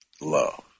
Love